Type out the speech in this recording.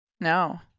No